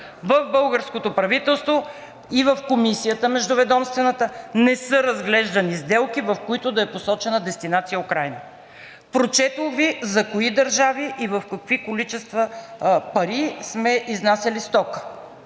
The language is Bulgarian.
В българското правителство и в Междуведомствената комисия не са разглеждани сделки, в които да е посочена дестинация Украйна. Прочетох Ви за кои държави и в какви количества пари сме изнасяли стока.